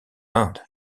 inde